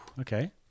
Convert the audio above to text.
Okay